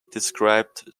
described